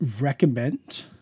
recommend